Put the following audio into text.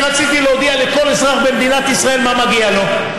אני רציתי להודיע לכל אזרח במדינת ישראל מה מגיע לו.